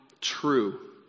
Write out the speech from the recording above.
true